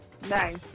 Nice